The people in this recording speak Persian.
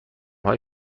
های